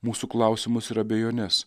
mūsų klausimus ir abejones